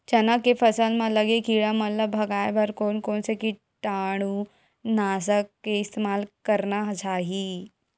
चना के फसल म लगे किड़ा मन ला भगाये बर कोन कोन से कीटानु नाशक के इस्तेमाल करना चाहि?